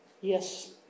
yes